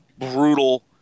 brutal